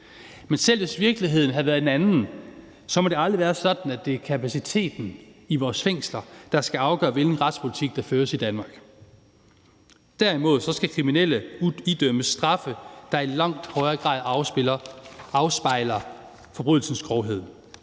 Men selv hvis virkeligheden havde været en anden, må det aldrig være sådan, at det er kapaciteten i vores fængsler, der skal afgøre, hvilken retspolitik der føres i Danmark. Derimod skal kriminelle idømmes straffe, der i langt højere grad afspejler forbrydelsens grovhed,